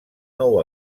nou